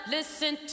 Listen